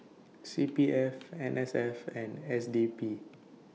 C P F N S F and S D P